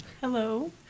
hello